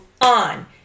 on